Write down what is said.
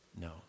No